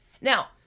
Now